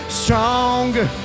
stronger